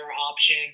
option